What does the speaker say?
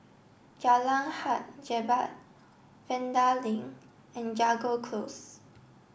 Jalan Hang Jebat Vanda Link and Jago Close